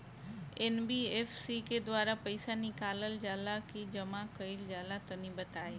NBFC के द्वारा पईसा निकालल जला की जमा कइल जला तनि बताई?